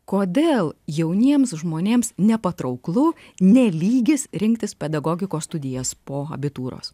kodėl jauniems žmonėms nepatrauklu ne lygis rinktis pedagogikos studijas po abitūros